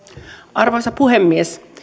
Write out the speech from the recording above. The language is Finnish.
arvoisa puhemies